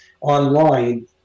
online